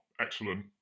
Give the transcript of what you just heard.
excellent